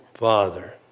Father